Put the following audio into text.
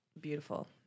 beautiful